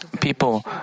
people